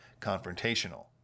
confrontational